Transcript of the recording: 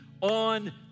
on